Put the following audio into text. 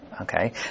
Okay